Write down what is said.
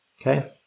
Okay